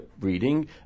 reading